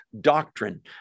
doctrine